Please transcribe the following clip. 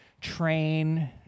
train